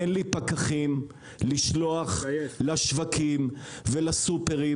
אין לי פקחים לשלוח לשווקים ולסופרים,